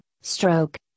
stroke